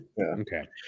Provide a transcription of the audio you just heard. Okay